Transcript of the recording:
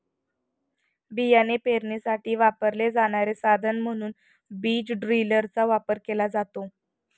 बियाणे पेरणीसाठी वापरले जाणारे साधन म्हणून बीज ड्रिलचा वापर केला जातो